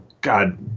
God